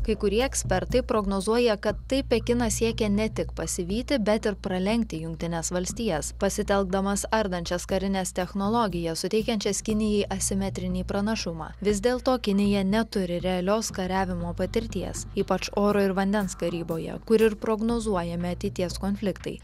kai kurie ekspertai prognozuoja kad taip pekinas siekia ne tik pasivyti bet ir pralenkti jungtines valstijas pasitelkdamas ardančias karines technologijas suteikiančias kinijai asimetrinį pranašumą vis dėlto kinija neturi realios kariavimo patirties ypač oro ir vandens karyboje kur ir prognozuojami ateities konfliktai